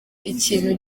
ikintu